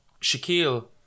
Shaquille